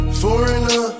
foreigner